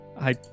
I-